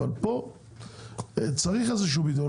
אבל פה צריך איזשהו ביטוח.